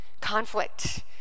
Conflict